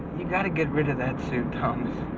you gotta get rid of that suit, thomas.